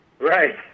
Right